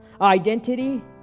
identity